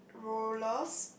rollers